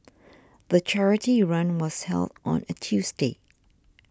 the charity run was held on a Tuesday